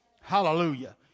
Hallelujah